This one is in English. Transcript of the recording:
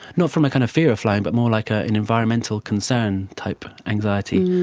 not from a kind of fear of flying but more like ah an environmental concern type anxiety,